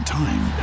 time